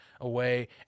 away